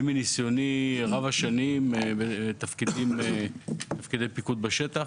מניסיוני רב השנים בתפקידי פיקוד בשטח,